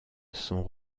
sont